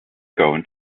going